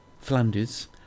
Flanders